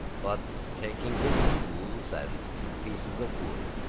but taking his tools and two pieces of wood,